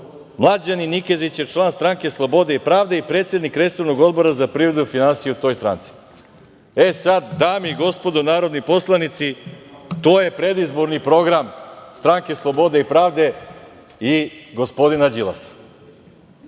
mlađeni Nikezić je član Stranke slobode i pravde i predsednik resornog odbora za privredu i finansije u toj stranci.E, sada dame i gospodo narodni poslanici, to je predizborni program Stranke slobode i pravde i gospodina Đilasa.